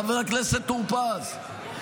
חבר הכנסת טור פז,